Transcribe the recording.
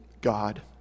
God